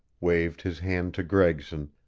waved his hand to gregson,